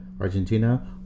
argentina